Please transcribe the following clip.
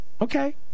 Okay